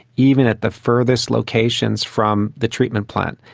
even at the furthest locations from the treatment plant.